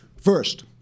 First